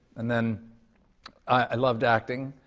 and then i loved acting,